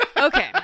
Okay